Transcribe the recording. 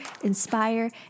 inspire